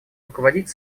руководить